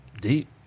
deep